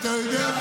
תודה.